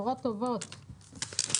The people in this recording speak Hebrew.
הישיבה ננעלה בשעה 13:45.